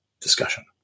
discussion